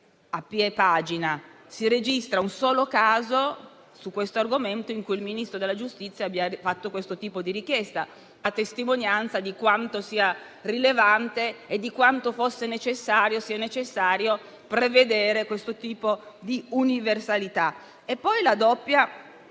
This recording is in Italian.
(a piè pagina si registra un solo caso su questo argomento in cui il Ministro della giustizia abbia fatto questo tipo di richiesta, a testimonianza di quanto sia rilevante e di quanto sia necessario prevedere questo tipo di universalità); la doppia